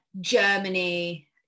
germany